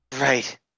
Right